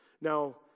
Now